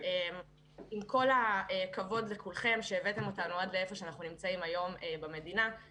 עם כל הכבוד לכולכם שהבאתם אותנו עד לאיפה שאנחנו נמצאים היום במדינה,